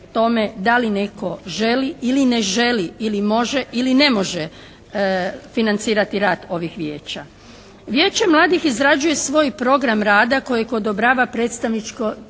da li netko želi ili ne želi ili može ili ne može financirati rad ovih Vijeća. Vijeće mladih izrađuje svoj program rada kojeg odobrava predstavničko